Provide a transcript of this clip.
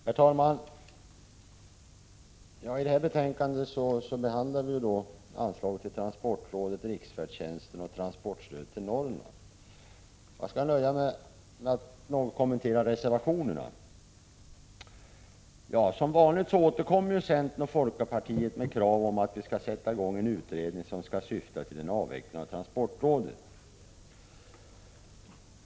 Herr talman! I det här betänkandet behandlas anslaget till transportrådet och riksfärdtjänsten samt transportstödet för Norrland. Jag skall nöja mig med att något kommentera reservationerna. Som vanligt återkommer centern och folkpartiet med krav på att det skall sättas i gång en utredning, som skall syfta till en avveckling av transportrådet.